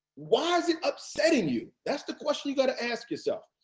why is it upsetting you? that's the question you got to ask yourself.